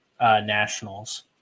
Nationals